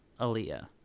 Aaliyah